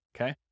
okay